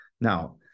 now